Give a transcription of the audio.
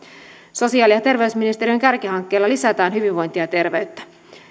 sosiaali ja terveysministeriön kärkihankkeilla lisätään hyvinvointia ja terveyttä